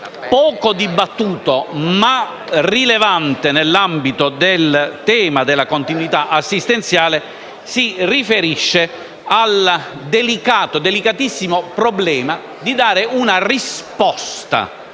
poco dibattuto, ma rilevante nell'ambito del tema della continuità assistenziale, è il delicatissimo problema di dare una risposta